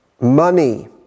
money